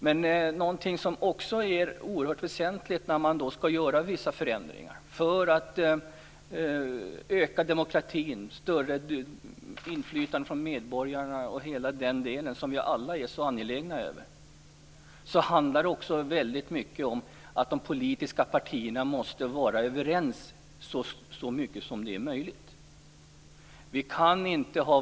Men något som också är oerhört väsentligt när man skall göra vissa förändringar för att öka demokratin och för att göra medborgarnas inflytande större, vilket vi alla är så angelägna om, handlar väldigt mycket om att de politiska partierna måste vara överens i så hög grad som möjligt.